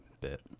bit